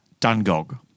Dungog